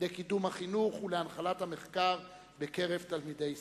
לקידום החינוך ולהנחלת המחקר בקרב תלמידי ישראל.